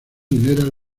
hileras